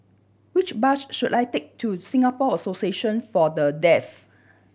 which bus should I take to Singapore Association For The Deaf